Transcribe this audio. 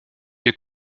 wir